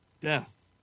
death